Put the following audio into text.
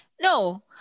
No